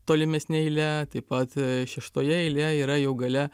tolimesne eile taip pat šeštoje eilėje yra jau gale